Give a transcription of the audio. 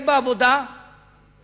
באופן אמיתי.